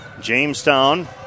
Jamestown